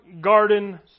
garden